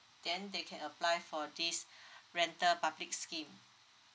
then they can apply for this rental public scheme